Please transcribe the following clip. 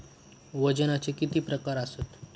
वजनाचे किती प्रकार आसत?